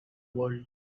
world